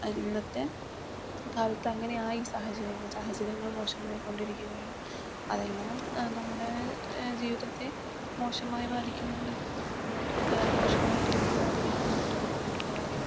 അതിനിന്നത്തെ കലാത്തങ്ങനെയായി സാഹചര്യങ്ങൾ സാഹചര്യങ്ങൾ മോശമായി കൊണ്ടിരിക്കുകയാണ് അതെല്ലാം നമ്മുടെ ജീവിതത്തെ മോശമായി ബാധിക്കുന്നുണ്ട് എല്ലാവർക്കും മോശമായ രീതിയില് ബാധിക്കുന്നത് ഭയങ്കര ബുദ്ധിമുട്ടുള്ള കാര്യമാണ്